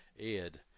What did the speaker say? Ed